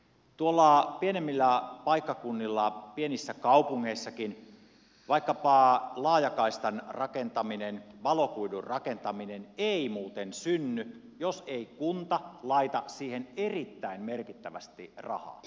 tuolla pienemmillä paikkakunnilla pienissä kaupungeissakin vaikkapa laajakaistan rakentaminen valokuidun rakentaminen ei muuten synny jos ei kunta laita siihen erittäin merkittävästi rahaa